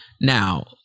now